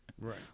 Right